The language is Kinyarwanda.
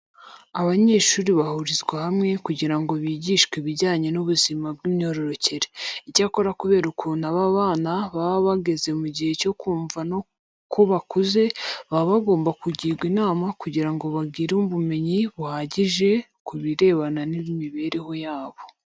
Abanyeshuri bahurizwa hamwe kugira ngo bigishwe ibijyanye n'ubuzima bw'imyororokere. Icyakora kubera ukuntu aba bana baba bageze mu gihe cyo kumva ko bakuze, baba bagomba kugirwa inama kugira ngo bagire ubumenyi buhagije ku birebana n'imibereho yabo.